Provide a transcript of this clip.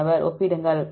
மாணவர் ஒப்பிடுங்கள்